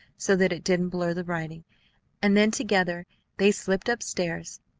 so that it didn't blur the writing and then together they slipped up-stairs.